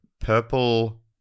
purple